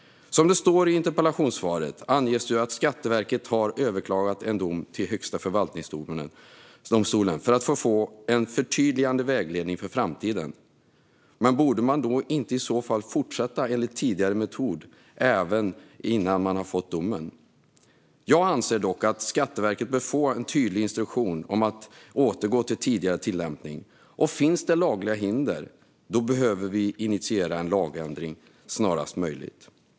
Som det står i interpellationssvaret har Skatteverket överklagat en dom till Högsta förvaltningsdomstolen för att få en förtydligande vägledning för framtiden. Borde man inte i så fall fortsätta enligt tidigare metod innan man har fått domen? Jag anser att Skatteverket bör få en tydlig instruktion om att återgå till tidigare tillämpning. Finns det lagliga hinder behöver vi initiera en lagändring snarast möjligt.